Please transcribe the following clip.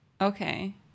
Okay